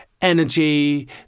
energy